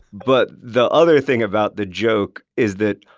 but the other thing about the joke is that,